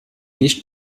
nicht